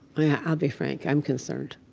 yeah i'll be frank. i'm concerned.